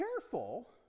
careful